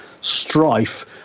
strife